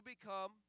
become